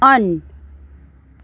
on